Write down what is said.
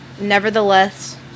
nevertheless